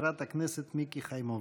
חברת הכנסת מיקי חיימוביץ'.